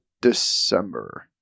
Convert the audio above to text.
December